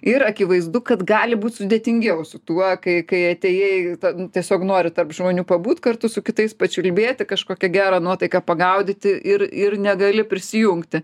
ir akivaizdu kad gali būt sudėtingiau su tuo kai kai atėjai ta nu tiesiog nori tarp žmonių pabūt kartu su kitais pačiulbėti kažkokią gerą nuotaiką pagaudyti ir ir negali prisijungti